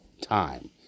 time